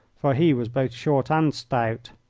for he was both short and stout.